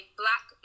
black